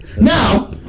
Now